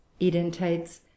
edentates